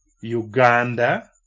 Uganda